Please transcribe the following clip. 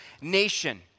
nation